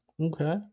okay